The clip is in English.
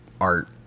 art